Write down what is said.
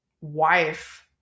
wife